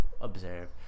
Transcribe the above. observe